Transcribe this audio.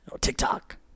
TikTok